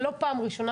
זו לא פעם אחרונה